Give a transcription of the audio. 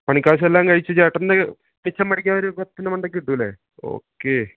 പണിക്കാശെല്ലാം കഴിച്ച് ചേട്ടന് മിച്ചം പിടിക്കാൻ ഒരു പത്തിൻ്റെ മുകളില് കിട്ടുമല്ലേ ഓക്കേ